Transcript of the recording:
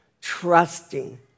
trusting